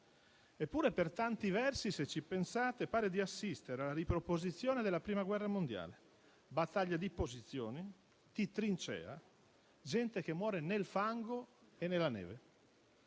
Eppure, per tanti versi, se ci pensate, pare di assistere alla riproposizione della Prima guerra mondiale: battaglie di posizioni, di trincea, gente che muore nel fango e nella neve;